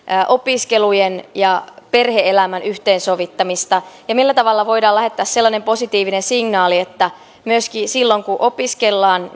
opiskelujen ja perhe elämän yhteensovittamista ja millä tavalla voidaan lähettää sellainen positiivinen signaali että myöskin silloin kun opiskellaan